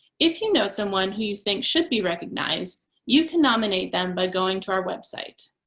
if you know someone who you think should be recognized, you can nominate them by going to our website.